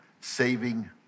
saving